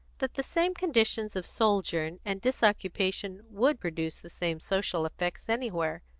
that the same conditions of sojourn and disoccupation would produce the same social effects anywhere.